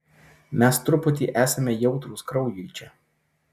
mes truputį esame jautrūs kraujui čia